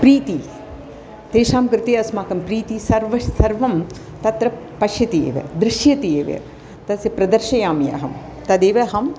प्रीतिः तेषां कृते अस्माकं प्रीतिः सर्वस् सर्वं तत्र पश्यति एव दृश्यति एव तस्य प्रदर्शयामि अहं तदेव अहम्